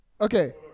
Okay